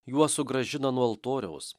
juos sugrąžina nuo altoriaus